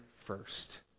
first